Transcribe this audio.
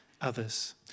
others